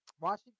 Washington